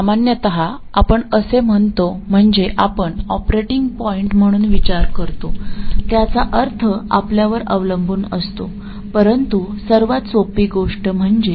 सामान्यतः आपण असे म्हणतो म्हणजे आपण ऑपरेटिंग पॉईंट म्हणून विचार करतो त्याचा अर्थ आपल्यावर अवलंबून असतो परंतु सर्वात सोपी गोष्ट म्हणजे 5